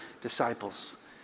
disciples